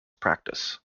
practice